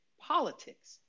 politics